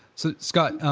so scott,